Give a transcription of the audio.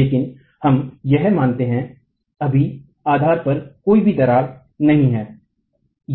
लेकिन हम यह मानते है अभी आधार पर कोई भी दरार नहीं है